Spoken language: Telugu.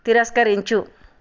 తిరస్కరించు